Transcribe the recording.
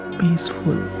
peaceful